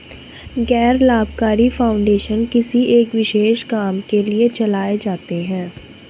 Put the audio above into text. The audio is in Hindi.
गैर लाभकारी फाउंडेशन किसी एक विशेष काम के लिए चलाए जाते हैं